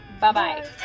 Bye-bye